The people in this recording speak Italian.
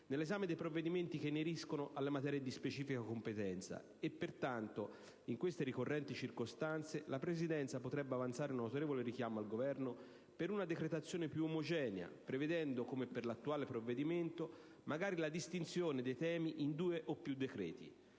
nell'esame dei provvedimenti che ineriscono materie di specifica competenza. Pertanto, in queste ricorrenti circostanze la Presidenza potrebbe avanzare un autorevole richiamo al Governo affinché si attenga ad una decretazione più omogenea prevedendo, come per l'attuale provvedimento, l'inserimento dei temi in due o più decreti.